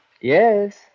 Yes